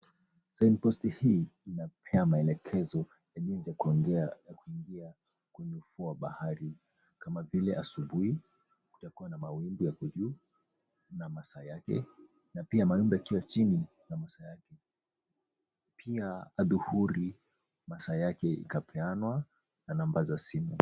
Sign post hii inapea maelekezo ya jinsi ya kuingia kwenye ufuu wa bahari kama vile asubuhi kutakua na mawimbi yako juu na masaa yake na pia mawimbi yakiwa chini na masaa yake. Pia adhuhuri masaa yake ikapeanwa na namba za simu.